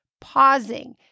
Pausing